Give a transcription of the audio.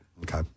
Okay